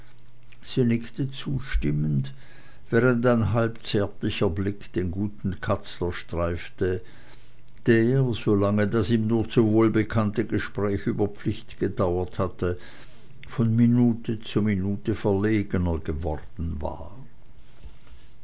nickte zustimmend während ein halb zärtlicher blick den guten katzler streifte der solange das ihm nur zu wohlbekannte gespräch über pflicht gedauert hatte von minute zu minute verlegener geworden war